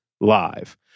live